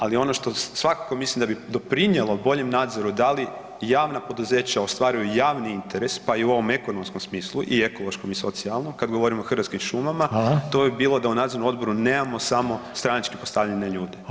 Ali ono što svakako mislim da bi doprinjelo boljem nadzoru da li javna poduzeća ostvaruju javni interes, pa i u ovom ekonomskom smislu i ekološkom i socijalnom kad govorimo o Hrvatskim šumama [[Upadica: Hvala]] to bi bilo da u nadzornom odboru nemamo samo stranački postavljene ljude